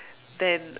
then